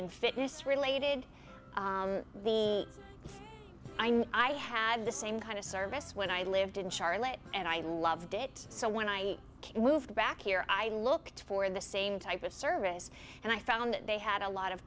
in fitness related i know i had the same kind of service when i lived in charlotte and i loved it so when i moved back here i looked for the same type of service and i found they had a lot of